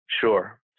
Sure